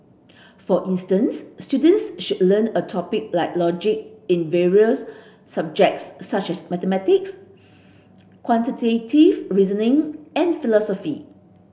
for instance students should learn a topic like logic in various subjects such as mathematics quantitative reasoning and philosophy